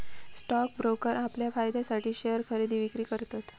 stock broker आपल्या फायद्यासाठी share खरेदी विक्री करतत